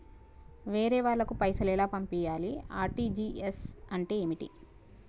వేరే వాళ్ళకు పైసలు ఎలా పంపియ్యాలి? ఆర్.టి.జి.ఎస్ అంటే ఏంటిది?